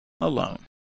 alone